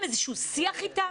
עשיתם איזשהו שיח איתם?